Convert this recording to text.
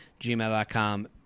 gmail.com